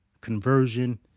conversion